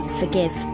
forgive